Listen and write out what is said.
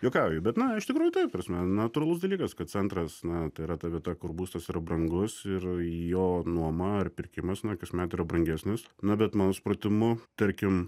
juokauju bet na iš tikrųjų taip ta prasme natūralus dalykas kad centras na tai yra ta vieta kur būstas yra brangus ir jo nuoma ar pirkimas na kasmet yra brangesnis na bet mano supratimu tarkim